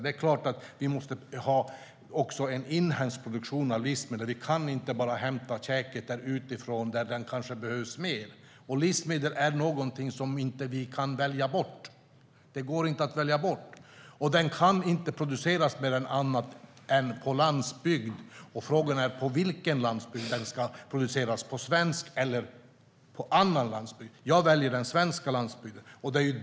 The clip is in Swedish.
Det är klart att vi måste ha en inhemsk produktion av livsmedel. Vi kan inte bara hämta käket där utifrån, där det kanske behövs bättre. Livsmedel är någonting som vi inte kan välja bort. Det går inte att välja bort, och det kan inte produceras någon annanstans än på landsbygd. Frågan är på vilken landsbygd den ska produceras - på svensk eller på annan landsbygd. Jag väljer den svenska landsbygden.